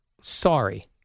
Sorry